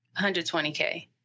120K